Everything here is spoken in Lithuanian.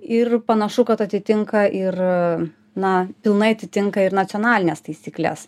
ir panašu kad atitinka ir na pilnai atitinka ir nacionalines taisykles